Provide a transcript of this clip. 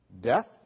death